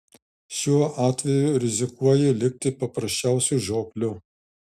šiuo atveju rizikuoji likti paprasčiausiu žiopliu